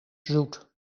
zoet